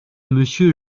monsieur